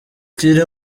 kiri